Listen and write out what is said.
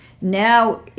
Now